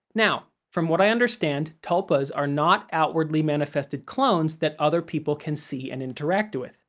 now, from what i understand, tulpas are not outwardly manifested clones that other people can see and interact with,